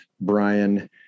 Brian